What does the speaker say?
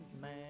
man